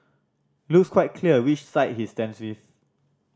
looks quite clear which side he stands with